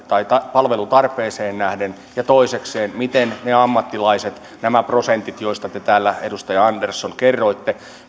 palvelutarpeeseen nähden ja toisekseen miten ne ammattilaiset nämä prosentit joista te täällä edustaja andersson kerroitte